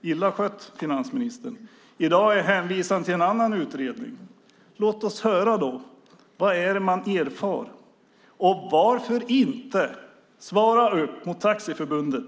Illa skött, finansministern! I dag hänvisar finansministern till en annan utredning. Låt oss då höra vad det är man erfarit! Och varför inte svara upp mot Taxiförbundets